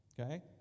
Okay